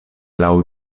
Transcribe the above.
laŭ